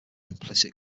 implicit